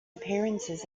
appearances